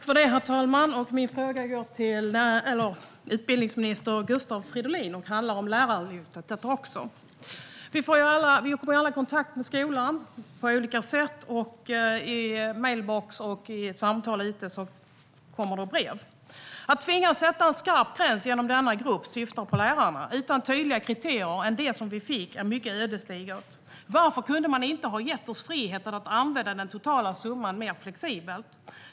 Herr talman! Min fråga går till utbildningsminister Gustav Fridolin. Den handlar också om Lärarlönelyftet. Vi får alla kontakt med skolan på olika sätt - via mejlboxen, genom samtal ute på skolorna och via brev och kan då få ta del av följande åsikter: Att tvingas sätta en skarp gräns genom denna grupp - man syftar på lärarna - utan tydliga kriterier än dem som vi fick är mycket ödesdigert. Varför kunde man inte ha gett oss friheten att använda den totala summan mer flexibelt?